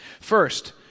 First